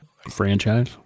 franchise